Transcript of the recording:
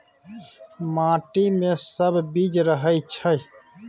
माटि मे सब जीब रहय छै